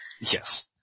Yes